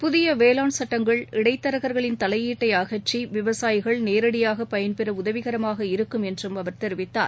புதிய வேளான் சட்டங்கள் இடைத்தரகர்களின் தலையீட்ளட அகற்றி விவசாயிகள் நேரடியாக பயன்பெற உதவிகரமாக இருக்கும் என்றும் அவர் தெரிவித்தார்